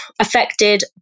affected